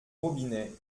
robinet